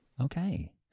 Okay